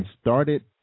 started